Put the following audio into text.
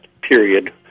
period